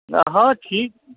हँ ठीक